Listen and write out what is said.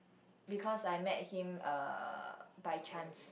because I met him uh by chance